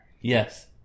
Yes